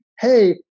hey